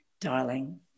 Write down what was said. darling